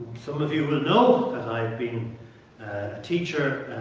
some of you will know that i've been a teacher,